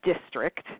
district